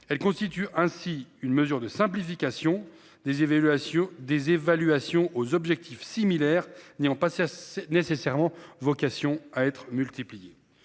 Elle constitue ainsi une mesure de simplification des évaluations des évaluations aux objectifs similaires n'ayant passé assez nécessairement vocation à être multipliés.